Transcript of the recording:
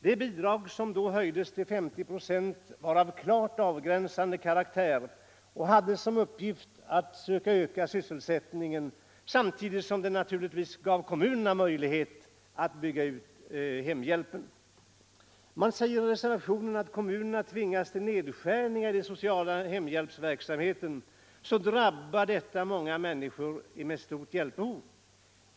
Det bidrag som då höjdes till 50 procent var av klart avgränsad karaktär och hade som uppgift att öka sysselsättningen samtidigt som det naturligtvis gav kommunerna möjlighet att bygga ut den sociala hemhjälpen. Man säger i reservationen att om kommunerna tvingas till nedskärningar i den sociala hemhjälpsverksamheten, så drabbar det många människor med stort hjälpbehov.